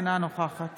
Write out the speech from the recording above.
אינה נוכחת